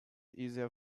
easier